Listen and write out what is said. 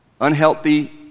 Unhealthy